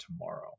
tomorrow